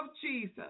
Jesus